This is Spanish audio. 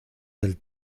del